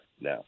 now